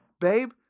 babe